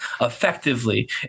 effectively